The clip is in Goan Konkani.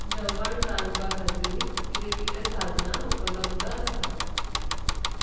जेवण रांदपा खातीर कितें कितें साधनां उपलब्द आसात